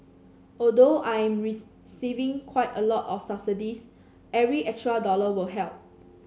although I'm receiving quite a lot of subsidies every extra dollar will help